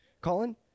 Colin